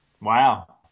Wow